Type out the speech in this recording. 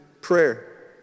prayer